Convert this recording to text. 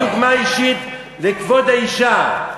אני דוגמה אישית לכבוד האישה.